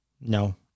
No